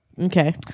Okay